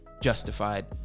Justified